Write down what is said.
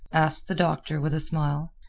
asked the doctor, with a smile,